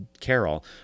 Carol